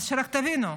רק שתבינו,